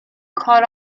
کار